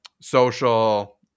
social